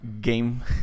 Game